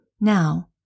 Now